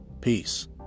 peace